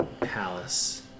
palace